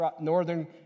northern